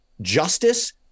justice